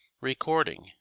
Recording